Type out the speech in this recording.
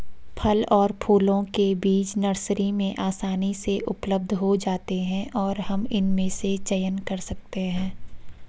फल और फूलों के बीज नर्सरी में आसानी से उपलब्ध हो जाते हैं और हम इनमें से चयन कर सकते हैं